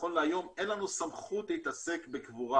נכון להיום אין לנו סמכות להתעסק בקבורה